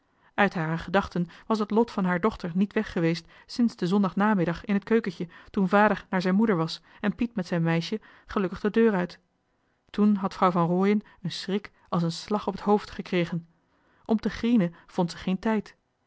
uit hare gedachten was het lot van haar dochter niet weg geweest sinds den zondagnamiddag in t keukentje toen vader naar zijn moeder was en piet met zijn meisje de deur uit toen had vrouw van rooien een schrik als een slag op het hoofd gekregen om te grienen vond ze geen tijd